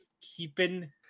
keeping